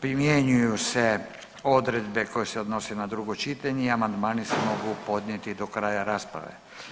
Primjenjuju se odredbe koje se odnose na drugo čitanje, a amandmani se mogu podnijeti do kraja rasprave.